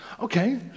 Okay